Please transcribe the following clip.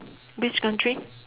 which country